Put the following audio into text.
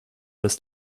das